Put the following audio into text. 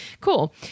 Cool